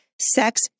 sex